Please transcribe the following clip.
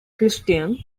christian